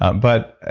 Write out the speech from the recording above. ah but,